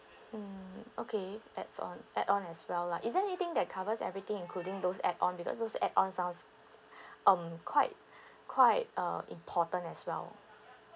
mm okay adds on add on as well lah is there anything that covers everything including those add on because those add on sounds um quite quite uh important as well